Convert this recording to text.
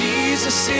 Jesus